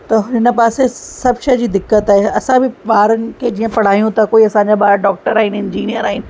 त हिन पासे सभ शइ जी दिक़त आहे असां बि ॿारनि खे जीअं पढ़ायूं था कोई असांजा ॿार डॉक्टर आहिनि इंजीनियर आहिनि